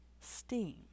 steam